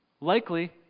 likely